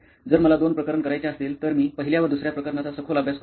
जर मला दोन प्रकरण करायचे असतील तर मी पहिल्या व दुसऱ्या प्रकरणाचा सखोल अभ्यास करतो